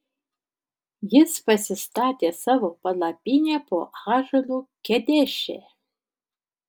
jis pasistatė savo palapinę po ąžuolu kedeše